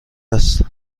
است